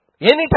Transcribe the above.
Anytime